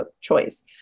choice